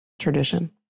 tradition